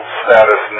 status